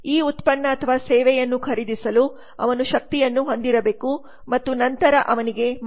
ಈ ಉತ್ಪನ್ನ ಅಥವಾ ಸೇವೆಯನ್ನು ಖರೀದಿಸಲು ಅವನು ಶಕ್ತಿಯನ್ನು ಹೊಂದಿರಬೇಕು ಮತ್ತು ನಂತರ ಅವನಿಗೆ ಮಾನಸಿಕ ವೆಚ್ಚವಿದೆ